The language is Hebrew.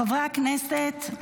חברי הכנסת,